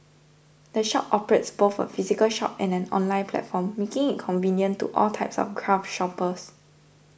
the shop operates both a physical shop and an online platform making it convenient to all types of craft shoppers